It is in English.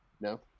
No